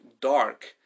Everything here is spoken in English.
dark